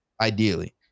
ideally